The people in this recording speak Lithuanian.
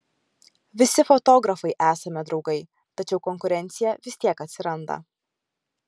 visi fotografai esame draugai tačiau konkurencija vis tiek atsiranda